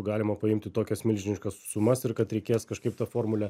galima paimti tokias milžiniškas sumas ir kad reikės kažkaip tą formulę